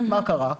מה קרה?